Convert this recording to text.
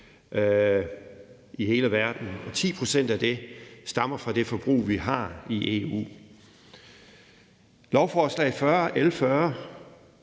til skovrydning. 10 pct. af det stammer fra det forbrug, vi har i EU. Lovforslag L 40